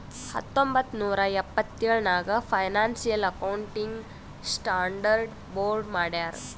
ಹತ್ತೊಂಬತ್ತ್ ನೂರಾ ಎಪ್ಪತ್ತೆಳ್ ನಾಗ್ ಫೈನಾನ್ಸಿಯಲ್ ಅಕೌಂಟಿಂಗ್ ಸ್ಟಾಂಡರ್ಡ್ ಬೋರ್ಡ್ ಮಾಡ್ಯಾರ್